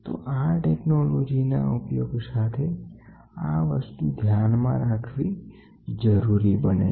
તો આ ટેક્નોલોજીના ઉપયોગ સાથે આ વસ્તુ ધ્યાનમાં રાખવી જરૂરી બને છે